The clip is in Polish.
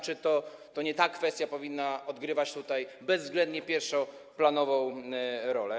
Czy to nie ta kwestia powinna odgrywać tutaj bezwzględnie pierwszoplanową rolę?